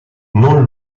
non